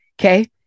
Okay